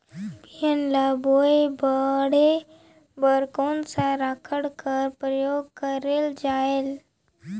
बिहान ल बोये बाढे बर कोन सा राखड कर प्रयोग करले जायेल?